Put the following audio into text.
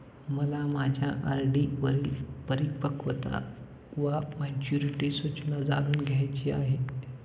मला माझ्या आर.डी वरील परिपक्वता वा मॅच्युरिटी सूचना जाणून घ्यायची आहे